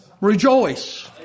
Rejoice